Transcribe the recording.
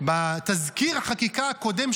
בתזכיר החקיקה הקודם,